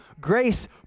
grace